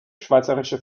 schweizerische